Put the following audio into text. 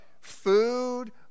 food